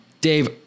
Dave